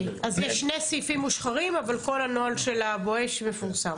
אז יש שני סעיפים מושחרים אבל כל הנוהל של ה"בואש" מפורסם.